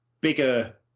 bigger